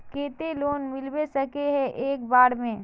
केते लोन मिलबे सके है एक बार में?